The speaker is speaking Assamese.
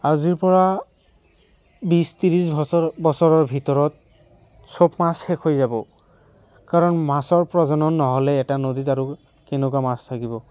আজিৰ পৰা বিশ ত্ৰিশ বছৰ বছৰৰ ভিতৰত চব মাছ শেষ হৈ যাব কাৰণ মাছৰ প্ৰজনন নহ'লে এটা নদীত আৰু কেনেকুৱা মাছ থাকিব